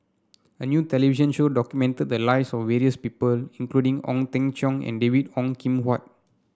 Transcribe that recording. a new television show documented the lives of various people including Ong Teng Cheong and David Ong Kim Huat